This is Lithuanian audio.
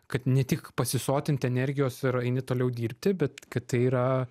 kad ne tik pasisotinti energijos ir eini toliau dirbti bet kad tai yra